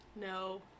no